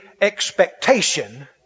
expectation